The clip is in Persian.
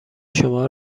شما